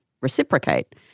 reciprocate